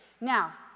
Now